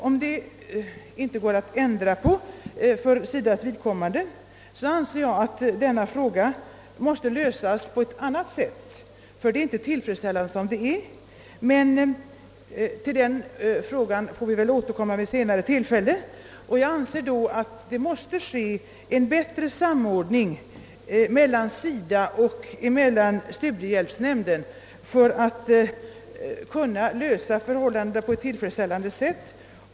Om detta inte är lämpligt att ändra för SIDA:s vidkommande anser jag att frågan måste ordnas på annat sätt. Som förhållandena nu är, är de inte tillfredsställande. En bättre samordning mellan SIDA och studiehjälpsnämnden måste åstadkommas och en ändring av bestämmelserna på en rad punkter genomföras, om problemet skall kunna lösas på ett tillfredsställande sätt.